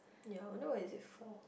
ya I wonder what is it for